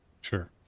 Sure